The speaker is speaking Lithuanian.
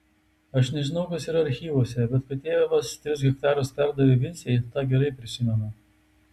aš nežinau kas yra archyvuose bet kad tėvas tris hektarus pardavė vincei tą gerai prisimenu